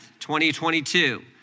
2022